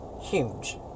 huge